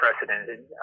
unprecedented